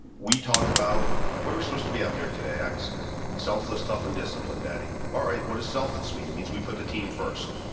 we talk about, what are we supposed to be out there, ax, selfless, tough, and disciplined, daddy, all right. what does selfless mean, it means we put the team first,